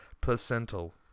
Placental